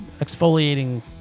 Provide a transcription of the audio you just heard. exfoliating